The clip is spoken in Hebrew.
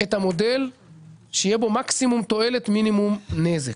את המודל שיהיה בו מקסימום תועלת, מינימום נזק.